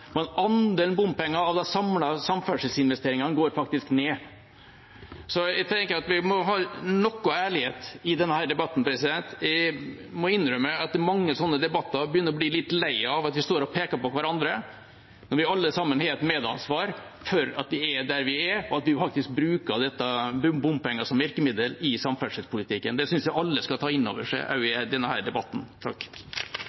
andelen bompenger av de samlede samferdselsinvesteringene går faktisk ned. Vi må ha noe ærlighet i denne debatten. Jeg må innrømme at jeg i mange slike debatter begynner å bli litt lei av at vi står og peker på hverandre når vi alle sammen har et medansvar for at vi er der vi er, og at vi faktisk bruker bompenger som virkemiddel i samferdselspolitikken. Det synes jeg alle skal ta inn over seg, også i